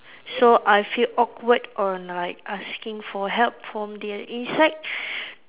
so I feel awkward on like asking for help from the inside